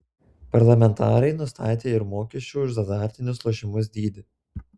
parlamentarai nustatė ir mokesčių už azartinius lošimus dydį